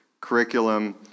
curriculum